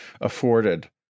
afforded